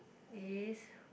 is